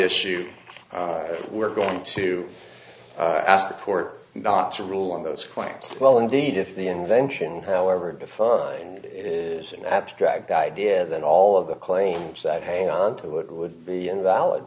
issue we're going to ask the court not to rule on those claims well indeed if the invention however before it is an abstract idea then all of the claims that hang on to it would be invalid